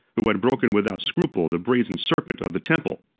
who had broken without scruple the brazen serpent of the temple.